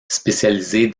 spécialisée